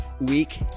week